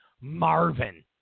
Marvin